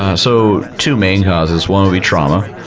ah so, two main causes. one would be trauma.